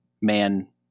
man